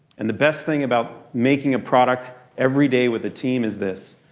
and the best thing about making a product every day with a team is this.